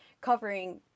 covering